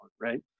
right